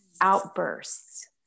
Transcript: outbursts